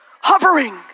hovering